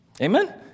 Amen